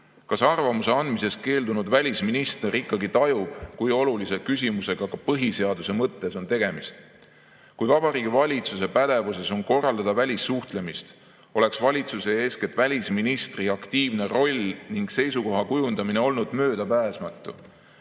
kas arvamuse andmisest keeldunud välisminister ikkagi tajub, kui olulise küsimusega ka põhiseaduse mõttes on tegemist. Kui Vabariigi Valitsuse pädevuses on korraldada välissuhtlemist, oleks valitsuse, eeskätt välisministri aktiivne roll ning seisukoha kujundamine olnud möödapääsmatu.